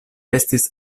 estis